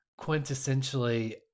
quintessentially